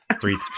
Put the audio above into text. three